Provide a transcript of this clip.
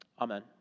Amen